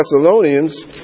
Thessalonians